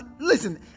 Listen